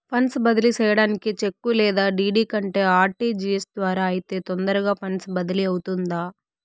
funds బదిలీ సేయడానికి చెక్కు లేదా డీ.డీ కంటే ఆర్.టి.జి.ఎస్ ద్వారా అయితే తొందరగా ఫండ్స్ బదిలీ అవుతుందా